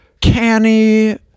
canny